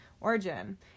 origin